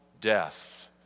death